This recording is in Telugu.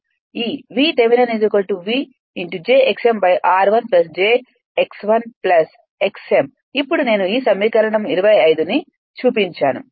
v j x m r 1 j x1 x m ఇప్పుడు నేను ఈ సమీకరణం 25 ని చూపించాను